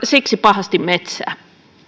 siksi pahasti metsään